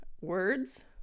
words